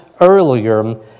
earlier